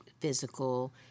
physical